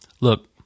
look